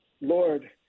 Lord